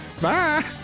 Bye